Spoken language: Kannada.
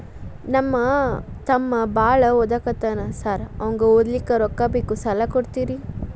ನಮ್ಮ ತಮ್ಮ ಬಾಳ ಓದಾಕತ್ತನ ಸಾರ್ ಅವಂಗ ಓದ್ಲಿಕ್ಕೆ ರೊಕ್ಕ ಬೇಕು ಸಾಲ ಕೊಡ್ತೇರಿ?